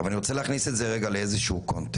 אבל אני רוצה להכניס את זה לאיזה שהוא קונטקסט.